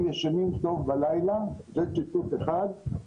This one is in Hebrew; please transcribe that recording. להפיק אותם סיליקטים יחד עם מגנזיום.